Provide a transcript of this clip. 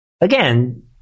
again